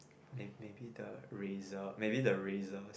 may may be the Razor may be the Razors